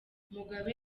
mugabe